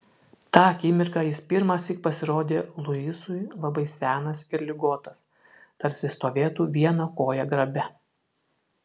tą akimirką jis pirmąsyk pasirodė luisui labai senas ir ligotas tarsi stovėtų viena koja grabe